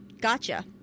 gotcha